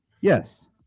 Yes